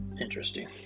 Interesting